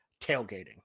tailgating